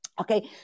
okay